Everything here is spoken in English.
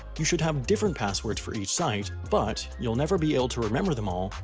you should have different passwords for each site but, you'll never be able to remember them all,